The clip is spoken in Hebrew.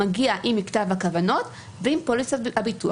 הוא מגיע עם מכתב הכוונות ועם פוליסת הביטוח.